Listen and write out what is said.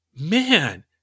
man